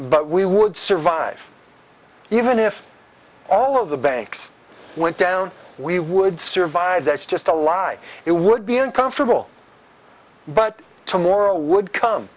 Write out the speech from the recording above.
but we would survive even if all of the banks went down we would survive that's just a lie it would be uncomfortable but to morrow would com